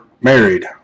married